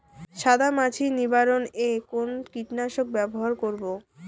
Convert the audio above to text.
সাদা মাছি নিবারণ এ কোন কীটনাশক ব্যবহার করব?